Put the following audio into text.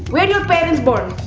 where your parents born?